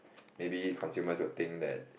maybe consumers will think that